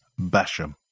Basham